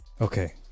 Okay